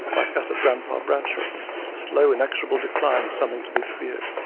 like that of grandpa bradshaw a slow, inexorable decline something to be feared.